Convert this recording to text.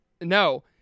No